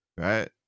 Right